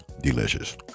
delicious